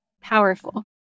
Powerful